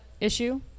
issue